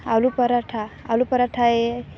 આલુ paratha aloo paratha એ